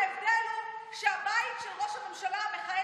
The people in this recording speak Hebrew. ההבדל הוא שהבית של ראש הממשלה בעזה,